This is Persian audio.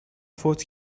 فوت